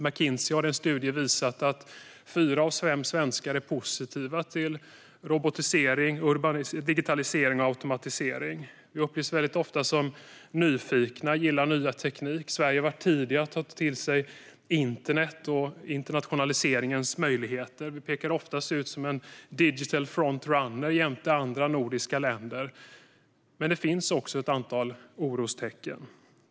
McKinsey har i en studie visat att fyra av fem svenskar är positiva till robotisering, digitalisering och automatisering. Vi upplevs väldigt ofta som nyfikna. Vi gillar ny teknik. Sverige har varit tidigt med att ta till sig internet och internationaliseringens möjligheter. Vi pekas ofta ut som en digital front-runner jämte andra nordiska länder. Men det finns också ett antal orostecken.